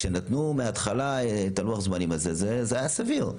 כשנתנו מההתחלה את לוח הזמנים הזה, זה היה סביר.